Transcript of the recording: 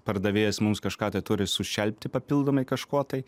pardavėjas mums kažką tai turi sušelpti papildomai kažkuo tai